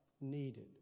needed